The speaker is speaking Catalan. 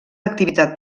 activitat